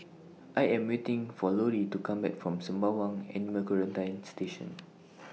I Am waiting For Lorie to Come Back from Sembawang Animal Quarantine Station